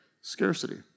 scarcity